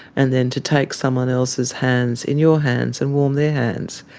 and then to take someone else's hands in your hands and warm their hands.